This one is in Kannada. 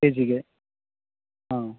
ಕೆಜಿಗೆ ಹಾಂ